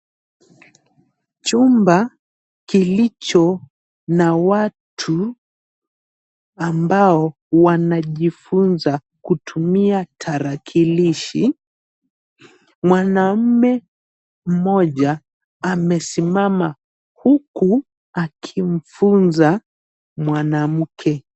Chumba kilicho na watu ambao wanajifunza kutumia tarakilishi. Mwanaume mmoja amesimama huku akimfunza mwanamke.